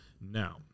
now